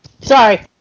Sorry